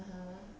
(uh huh)